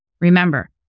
Remember